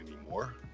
anymore